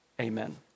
amen